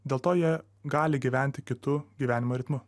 dėl to jie gali gyventi kitu gyvenimo ritmu